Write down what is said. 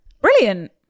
Brilliant